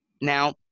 Now